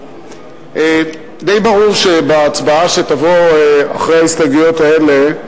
די ברור שבהצבעה שתבוא אחרי ההסתייגויות האלה,